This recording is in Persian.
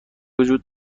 وجود